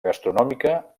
gastronòmica